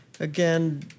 Again